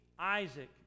Isaac